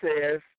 says